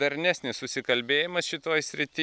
darnesnis susikalbėjimas šitoj srityj